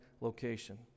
location